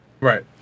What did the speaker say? right